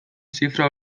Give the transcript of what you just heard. zifra